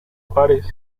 pares